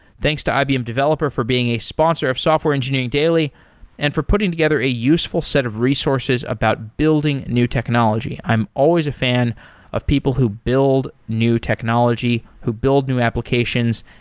thanks to ibm developer for being a sponsor of software engineering daily and for putting together a useful set of resources about building new technology. i'm always a fan of people who build new technology, who build new applications,